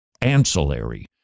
ancillary